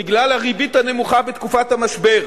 בגלל הריבית הנמוכה בתקופת המשבר,